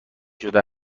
شده